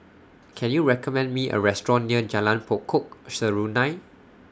Can YOU recommend Me A Restaurant near Jalan Pokok Serunai